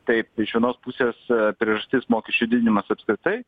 taip iš vienos pusės priežastis mokesčių didinimas apskritai